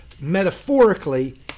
metaphorically